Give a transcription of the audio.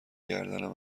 گردن